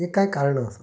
हीं कांय कारणां आसात